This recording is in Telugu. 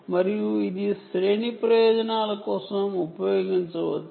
మరియు ఇది శ్రేణి ప్రయోజనాల కోసం ఉపయోగించవచ్చు